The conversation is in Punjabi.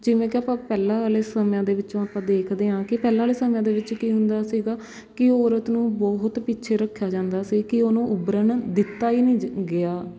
ਜਿਵੇਂ ਕਿ ਆਪਾਂ ਪਹਿਲੇ ਵਾਲੇ ਸਮਿਆਂ ਦੇ ਵਿੱਚੋਂ ਆਪਾਂ ਦੇਖਦੇ ਹਾਂ ਕਿ ਪਹਿਲੇ ਵਾਲੇ ਸਮਿਆਂ ਦੇ ਵਿੱਚ ਕੀ ਹੁੰਦਾ ਸੀਗਾ ਕਿ ਔਰਤ ਨੂੰ ਬਹੁਤ ਪਿੱਛੇ ਰੱਖਿਆ ਜਾਂਦਾ ਸੀ ਕਿ ਉਹਨੂੰ ਉੱਭਰਨ ਦਿੱਤਾ ਹੀ ਨਹੀਂ ਜ ਗਿਆ